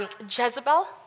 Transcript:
Jezebel